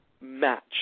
match